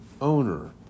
owner